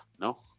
no